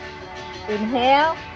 Inhale